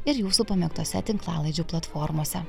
ir jūsų pamėgtose tinklalaidžių platformose